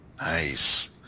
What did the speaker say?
Nice